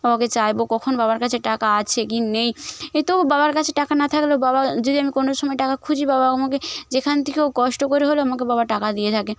বাবাকে চাইবো কখন বাবার কাছে টাকা আছে কি নেই এতেও বাবার কাছে টাকা না থাকলেও বাবা যদি আমি কোনো সময় টাকা খুঁজি বাবা আমাকে যেখান থেকে হোক কষ্ট করে হলেও আমাকে বাবা টাকা দিয়ে থাকে